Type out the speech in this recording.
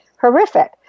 horrific